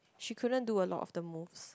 she couldn't do a lot of the moves